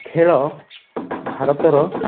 ଖେଳ ଭାରତର